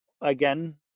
again